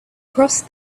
crossed